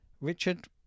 richard